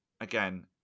again